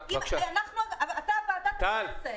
אתה ועדת הכנסת.